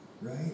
Right